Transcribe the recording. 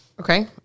okay